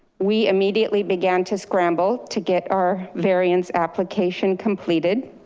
we immediately began to scramble to get our variance application completed.